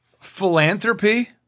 philanthropy